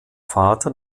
vater